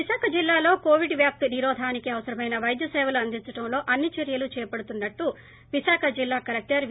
విశాఖ జిల్లాలో కోవిడ్ వ్యాప్తి నిరోధానికి అవసరమైన పైద్య సేవలు అందించడంలో అన్ని చర్యలు చేపడుతున్నట్లు జిల్లా కలెక్లర్ వి